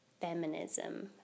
feminism